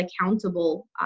accountable